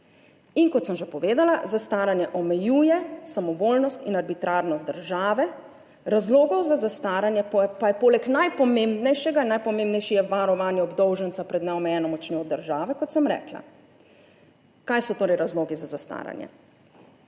Kot sem že povedala, zastaranje omejuje samovoljnost in arbitrarnost države. Razlogov za zastaranje pa je poleg najpomembnejšega, in najpomembnejši je varovanje obdolženca pred neomejeno močjo države, kot sem rekla – kaj so torej razlogi za zastaranje?